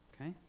Okay